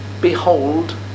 behold